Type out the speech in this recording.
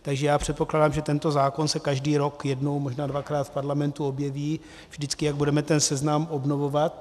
Takže já předpokládám, že tento zákon se každý rok jednou, možná dvakrát v parlamentu objeví, vždycky, jak budeme ten seznam obnovovat.